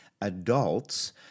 adults